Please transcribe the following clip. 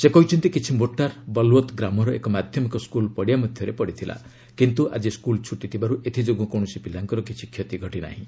ସେ କହିଛନ୍ତି କିଛି ମୋର୍ଟାର୍ ବଲୱତ୍ ଗ୍ରାମର ଏକ ମାଧ୍ୟମିକ ସ୍କୁଲ୍ ପଡ଼ିଆ ମଧ୍ୟରେ ପଡ଼ିଥିଲା କିନ୍ତୁ ଆଜି ସ୍କୁଲ୍ ଛୁଟି ଥିବାରୁ ଏଥିଯୋଗୁଁ କୌଣସି ପିଲାଙ୍କର କିଛି କ୍ଷତି ଘଟିନାହିଁ